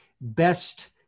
best